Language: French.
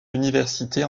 universités